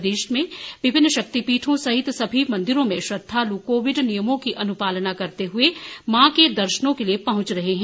प्रदेश के विभिन्न शक्तिपीठों सहित समी मंदिरों में श्रद्धाल कोविड नियमों की अनुपालना करते हुए मां के दर्शनों के लिए पहुंच रहे है